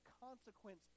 consequence